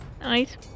Nice